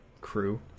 crew